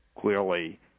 clearly